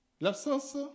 L'absence